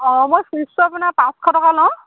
অঁ মই ফীজটো আপোনাৰ পাঁচশ টকা লওঁ